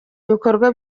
ibikorwa